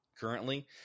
currently